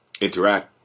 interact